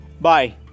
Bye